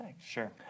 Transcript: Sure